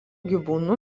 gyvūnų